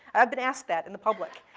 i've been asked that in the public.